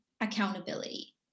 accountability